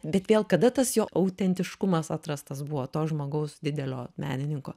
bet vėl kada tas jo autentiškumas atrastas buvo to žmogaus didelio menininko